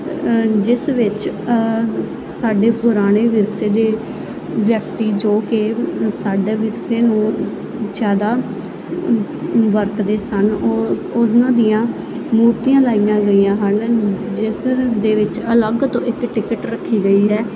ਜਿਸ ਵਿੱਚ ਸਾਡੇ ਪੁਰਾਣੇ ਵਿਰਸੇ ਦੇ ਵਿਅਕਤੀ ਜੋ ਕਿ ਸਾਡੇ ਵਿਰਸੇ ਨੂੰ ਜ਼ਿਆਦਾ ਵਰਤਦੇ ਸਨ ਉਹ ਉਹਨਾਂ ਦੀਆਂ ਮੂਰਤੀਆਂ ਲਾਈਆਂ ਗਈਆਂ ਹਨ ਜਿਸ ਦੇ ਵਿੱਚ ਅਲੱਗ ਤੋਂ ਇੱਕ ਟਿਕਟ ਰੱਖੀ ਗਈ ਹੈ